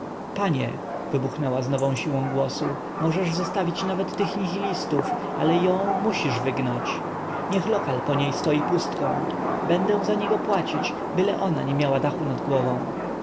panie wybuchnęła z nową siłą głosu możesz zostawić nawet tych nihilistów ale ją musisz wygnać niech lokal po niej stoi pustką będę za niego płacić byle ona nie miała dachu nad głową